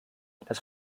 das